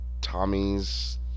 Tommy's